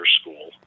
school